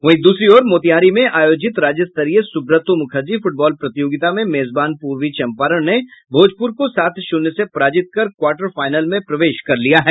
वहीं दूसरी ओर मोतिहारी में आयोजित राज्य स्तरीय सुब्रतों मुखर्जी फ़्टबॉल प्रतियोगिता में मेजबान पूर्वी चंपारण ने भोजपुर को सात शून्य से पराजित कर क्वार्टर फाइनल में प्रवेश किया है